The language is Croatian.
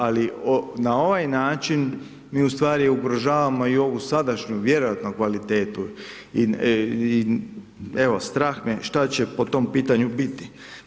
Ali, na ovaj način mi ustvari ugrožavamo i ovu sadašnju vjerojatno kvalitetu i evo, strah me šta će po tom pitanju biti.